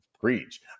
Preach